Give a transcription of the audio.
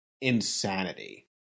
insanity